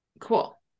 cool